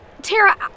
Tara